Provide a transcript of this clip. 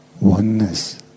oneness